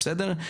בסדר?